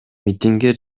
митингге